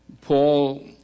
Paul